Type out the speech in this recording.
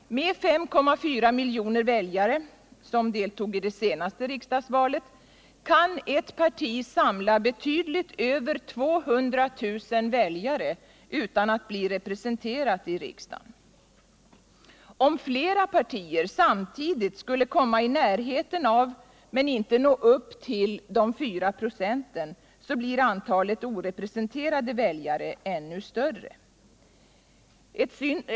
Med 5,4 milj. väljare, som deltog i det senaste riksdagsvalet, kan ett parti samla betydligt över 200 000 väljare utan att bli representerat i riksdagen. Om flera partier samtidigt skulle komma i närheten av men inte nå upp till 4 96 så blir antalet orepresenterade väljare ännu större.